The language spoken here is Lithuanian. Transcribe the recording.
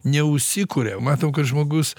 neužsikuria matom kad žmogus